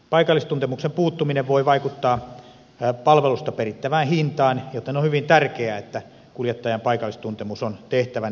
paikallistuntemuksen puuttuminen voi vaikuttaa palvelusta perittävään hintaan joten on hyvin tärkeää että kuljettajan paikallistuntemus on tehtävän edellyttämällä tasolla